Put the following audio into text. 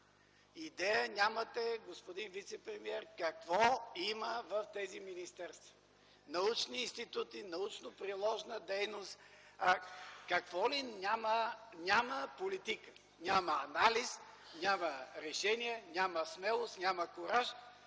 ведомства. Господин вицепремиер, идея нямате какво има в тези министерства – научни институти, научно-приложна дейност, какво ли няма. Няма политика, няма анализ, няма решение, няма смелост, няма кураж